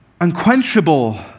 unquenchable